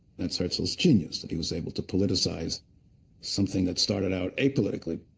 that's herzl's genius, that he was able to politicize something that started out apolitically.